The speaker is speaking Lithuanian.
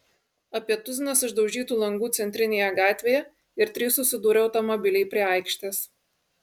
apie tuzinas išdaužytų langų centrinėje gatvėje ir trys susidūrę automobiliai prie aikštės